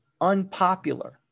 unpopular